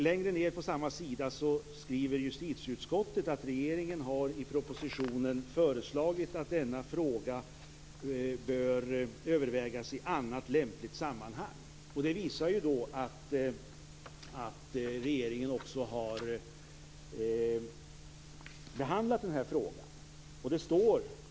Längre ned på samma sida skriver justitieutskottet att regeringen har i propositionen föreslagit att denna fråga bör övervägas i annat lämpligt sammanhang. Det visar att regeringen också har behandlat frågan.